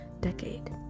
decade